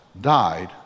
died